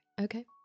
Okay